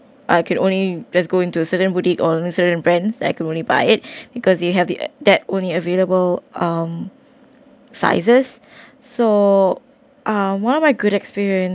I could only just go into certain boutique or a certain brands I could only buy it because they have the that only available um sizes so uh one of my good experience